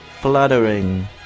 fluttering